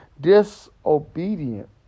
disobedient